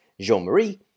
Jean-Marie